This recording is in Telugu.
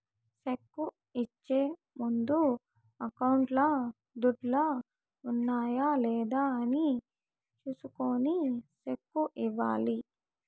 సెక్కు ఇచ్చే ముందు అకౌంట్లో దుడ్లు ఉన్నాయా లేదా అని చూసుకొని సెక్కు ఇవ్వాలి